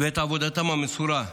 ואת עבודתם המסורה.